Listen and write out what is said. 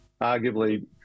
arguably